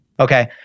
Okay